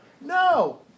no